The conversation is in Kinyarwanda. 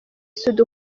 soudy